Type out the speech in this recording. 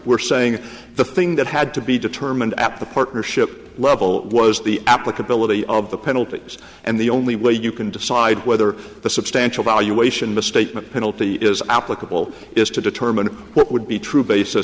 we're saying the thing that had to be determined at the partnership level was the applicability of the penalties and the only way you can decide whether the substantial valuation misstatement penalty is applicable is to determine what would be true bas